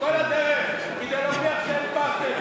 כל הדרך, כדי להוכיח שאין פרטנר.